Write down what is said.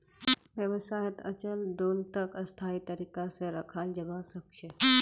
व्यवसायत अचल दोलतक स्थायी तरीका से रखाल जवा सक छे